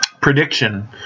prediction